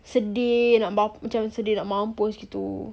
sedih macam sedih nak mampus gitu